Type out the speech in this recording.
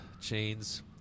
chains